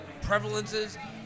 prevalences